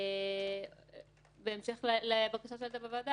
בהמשך לבקשה שעלתה בוועדה,